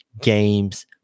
games